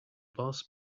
boss